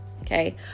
Okay